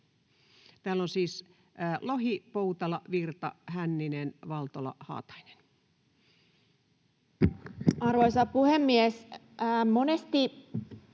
Täällä on siis Lohi, Poutala, Virta, Hänninen, Valtola, Haatainen. Arvoisa puhemies! Monesti